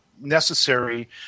necessary